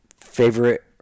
Favorite